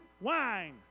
wine